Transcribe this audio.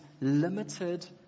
limited